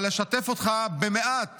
אבל אשתף אותך במעט